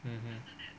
mm mm